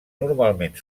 normalment